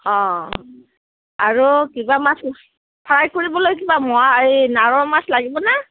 অঁ আৰু কিবা মাছ ফ্ৰাই কৰিবলৈ কিবা মোৱা এই নাৰ মাছ লাগিবনে